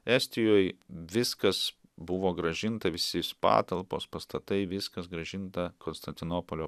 estijoj viskas buvo grąžinta visi patalpos pastatai viskas grąžinta konstantinopolio